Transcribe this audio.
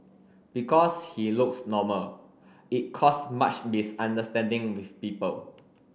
because he looks normal it caused much misunderstanding with people